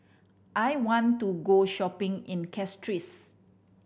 I want to go shopping in Castries